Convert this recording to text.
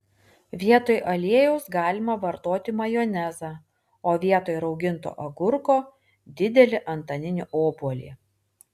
vietoj aliejaus galima vartoti majonezą o vietoj rauginto agurko didelį antaninį obuolį